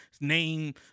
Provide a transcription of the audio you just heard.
name